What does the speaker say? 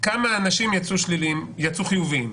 כמה אנשים יצאו חיוביים?